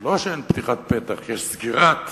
שלא שאין פתיחת פתח, יש סגירת